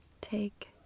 Take